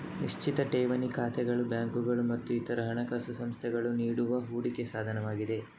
ನಿಶ್ಚಿತ ಠೇವಣಿ ಖಾತೆಗಳು ಬ್ಯಾಂಕುಗಳು ಮತ್ತು ಇತರ ಹಣಕಾಸು ಸಂಸ್ಥೆಗಳು ನೀಡುವ ಹೂಡಿಕೆ ಸಾಧನವಾಗಿದೆ